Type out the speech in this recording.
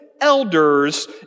elders